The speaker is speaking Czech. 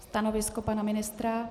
Stanovisko pana ministra?